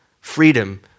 freedom